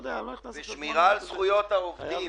ושמירה על זכויות העובדים.